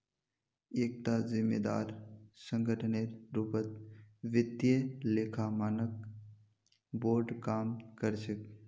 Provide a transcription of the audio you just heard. एकता जिम्मेदार संगठनेर रूपत वित्तीय लेखा मानक बोर्ड काम कर छेक